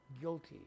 guilty